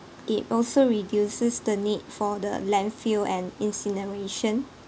it also reduces the need for the landfill and incineration